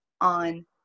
on